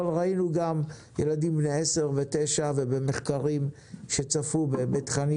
אבל ראינו גם מחקרים שמראים שילדים בני 10 ו-9 שצפו בתכנים